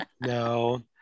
no